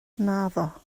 naddo